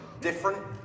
different